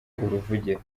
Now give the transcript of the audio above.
uruvugiro